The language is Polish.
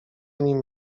nim